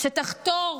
שתחתור